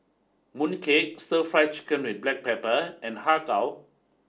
Mooncake Stir Fry Chicken With Black Pepper and Har Kow